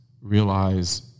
realize